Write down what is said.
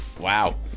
Wow